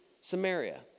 Samaria